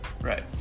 Right